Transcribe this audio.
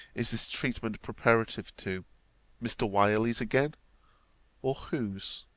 is this treatment preparative to mr. wyerley's again or whose?